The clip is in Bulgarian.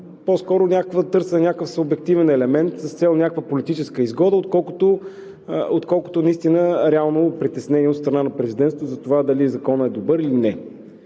по-скоро е търсене на някакъв субективен елемент с цел политическа изгода, отколкото наистина реално притеснение от страна на Президентството затова дали Законът е добър или не.